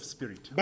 Spirit